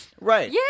right